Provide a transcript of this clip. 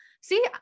see